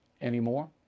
anymore